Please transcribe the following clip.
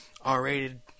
R-rated